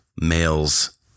males